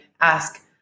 ask